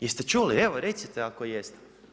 Jeste čuli, evo recite ako jeste?